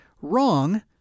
wrong